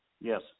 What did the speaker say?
Yes